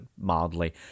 mildly